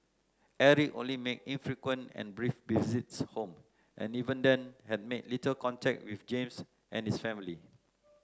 Eric only made infrequent and brief visits home and even then had made little contact with James and his family